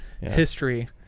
history